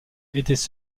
étaient